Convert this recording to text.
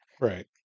Right